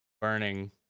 burning